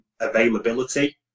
availability